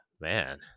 man